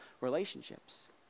relationships